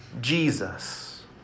Jesus